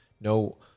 no